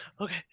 okay